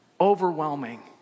Overwhelming